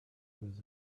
was